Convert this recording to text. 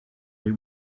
they